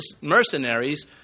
mercenaries